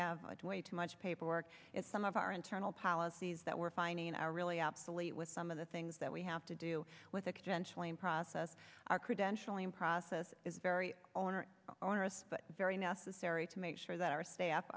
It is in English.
have way too much paperwork is some of our internal policies that we're finding are really obsolete with some of the things that we have to do with a credentialing process our credentialing process is very owner onerous but very necessary to make sure that our staff